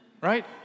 right